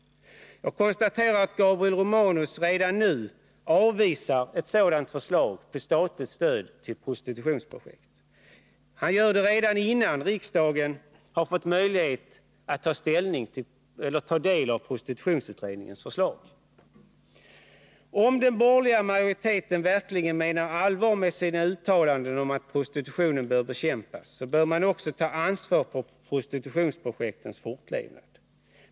Jag konstaterar att Gabriel Romanus redan nu avvisar ett sådant förslag till statligt stöd till prostitutionsprojekt. Han gör det redan innan riksdagen har fått möjlighet att ta del av prostitutionsutredningens förslag. Om den borgerliga majoriteten verkligen menar allvar med sina uttalanden om att prostitutionen bör bekämpas, bör man också ta ansvar för prostitutionsprojektens fortlevnad.